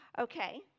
Okay